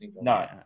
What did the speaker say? No